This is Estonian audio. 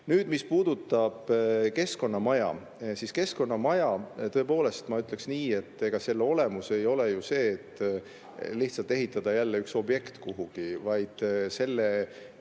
Nüüd, mis puudutab keskkonnamaja, siis tõepoolest, ma ütleksin nii, ega selle olemus ei ole ju see lihtsalt ehitada jälle üks objekt kuhugi, vaid mõte